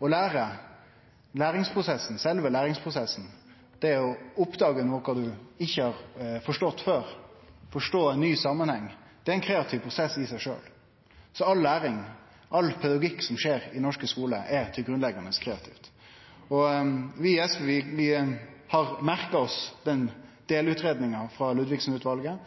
lære, sjølve læringsprosessen, det å oppdage noko ein ikkje har forstått før, og forstå ein ny samanheng, det er ein kreativ prosess i seg sjølv. All læring, all pedagogikk som skjer i den norske skulen, er grunnleggane kreativ. Vi i SV har merka oss delutgreiinga frå Ludviksen-utvalet.